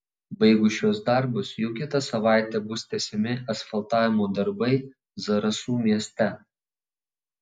baigus šiuos darbus jau kitą savaitę bus tęsiami asfaltavimo darbai zarasų mieste